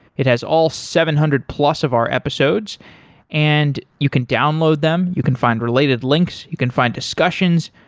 it has all seven hundred plus of our episodes and you can download them, you can find related links. you can find discussions.